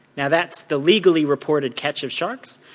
now that's the legally reported catch of sharks,